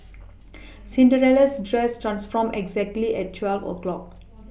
Cinderella's dress transformed exactly at twelve o' clock